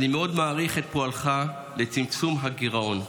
אני מאוד מעריך את פועלך לצמצום הגירעון.